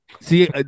See